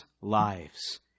lives